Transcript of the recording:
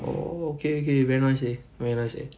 oh okay okay very nice eh very nice eh